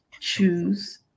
Choose